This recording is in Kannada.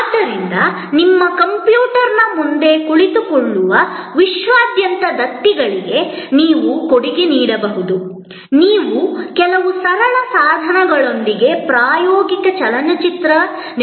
ಆದ್ದರಿಂದ ನಿಮ್ಮ ಕಂಪ್ಯೂಟರ್ನ ಮುಂದೆ ಕುಳಿತುಕೊಳ್ಳುವ ವಿಶ್ವದಾದ್ಯಂತ ದತ್ತಿಗಳಿಗೆ ನೀವು ಕೊಡುಗೆ ನೀಡಬಹುದು ನೀವು ಕೆಲವು ಸರಳ ಸಾಧನಗಳೊಂದಿಗೆ ಪ್ರಾಯೋಗಿಕ ಚಲನಚಿತ್ರ ನಿರ್ಮಾಪಕರಾಗಬಹುದು